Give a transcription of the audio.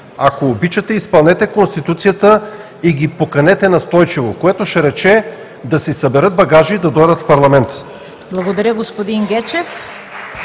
Ако обичате, изпълнете Конституцията и ги поканете настойчиво, което ще рече да си съберат багажа и да дойдат в парламента. (Ръкопляскания от